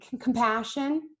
compassion